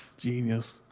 Genius